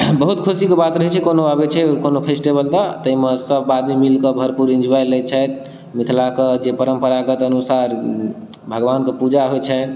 बहुत खुशीके बात रहैत छै कोनो अबैत छै कोनो फेस्टेबल तऽ ताहिमे सब आदमी मिलकऽ भरपूर इन्जोआइ लै छथि मिथलाकऽ जे परम्परागत अनुसार भगवानके पूजा होइत छथि